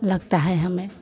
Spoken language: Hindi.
लगता है हमें